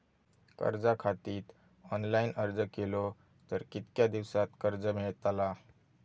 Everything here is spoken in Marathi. कर्जा खातीत ऑनलाईन अर्ज केलो तर कितक्या दिवसात कर्ज मेलतला?